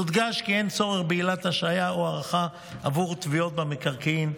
יודגש כי אין צורך בעילת השעיה או הארכה בעבור תביעות במקרקעין,